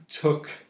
took